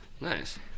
nice